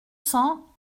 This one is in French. cents